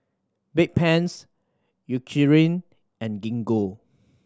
Bedpans Eucerin and Gingko